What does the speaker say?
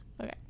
Okay